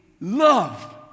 love